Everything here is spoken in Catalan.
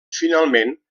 finalment